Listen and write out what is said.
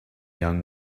young